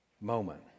moment